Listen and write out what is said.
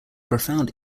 profound